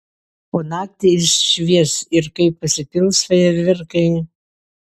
o naktį jis švies ir kai pasipils fejerverkai